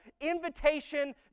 invitation